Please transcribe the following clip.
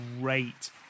great